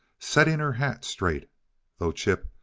setting her hat straight though chip,